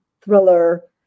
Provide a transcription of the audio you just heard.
thriller